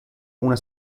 una